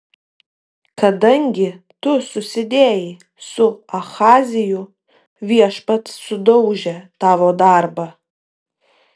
kadangi tu susidėjai su ahaziju viešpats sudaužė tavo darbą